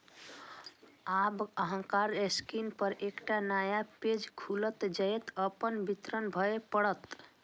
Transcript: आब अहांक स्क्रीन पर एकटा नया पेज खुलत, जतय अपन विवरण भरय पड़त